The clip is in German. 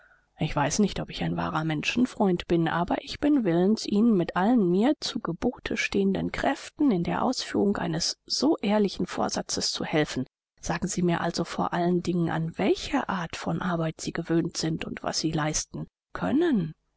ich weiß nicht ob ich ein wahrer menschenfreund bin aber ich bin willens ihnen mit allen mir zu gebote stehenden kräften in der ausführung eines so ehrlichen vorsatzes zu helfen sagen sie mir also vor allen dingen an welche art von arbeit sie gewöhnt sind und was sie leisten können